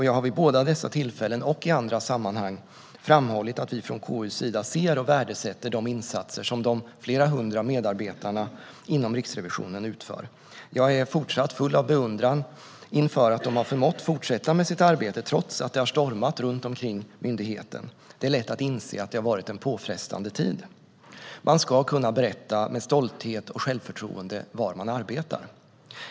Jag har vid båda dessa tillfällen och i andra sammanhang framhållit att vi från KU:s sida ser och värdesätter de insatser som de flera hundra medarbetarna inom Riksrevisionen utför. Jag är fortsatt full av beundran inför att de har förmått fortsätta med sitt arbete trots att det har stormat runt omkring myndigheten. Det är lätt att inse att det har varit en påfrestande tid. Man ska kunna berätta med stolthet och självförtroende var man arbetar.